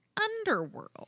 Underworld